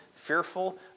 Fearful